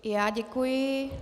I já děkuji.